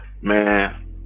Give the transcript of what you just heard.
man